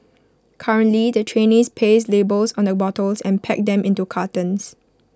currently the trainees paste labels on the bottles and pack them into cartons